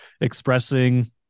expressing